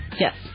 Yes